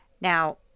Now